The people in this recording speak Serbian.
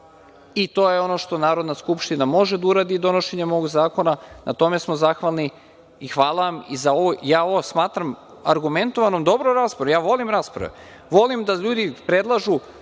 i to je ono što Narodna skupština može da uradi donošenjem ovog zakona. Na tome smo zahvalni i hvala vam. Ja ovo smatram argumentovanom, dobrom raspravom. Ja volim rasprave, volim da ljudi predlažu.